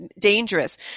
dangerous